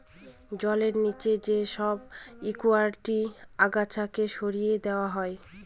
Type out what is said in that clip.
জলের নিচে যে সব একুয়াটিক আগাছাকে সরিয়ে দেওয়া হয়